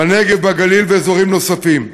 בנגב, בגליל ובאזורים נוספים,